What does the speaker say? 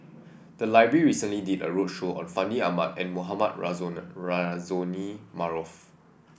the library recently did a roadshow on Fandi Ahmad and Mohamed Rozani Maarof